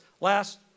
last